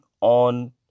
on